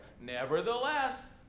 Nevertheless